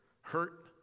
hurt